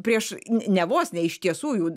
prieš ne vos ne iš tiesų jau